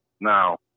Now